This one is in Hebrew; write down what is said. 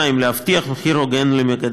2. להבטיח מחיר הוגן למגדלים,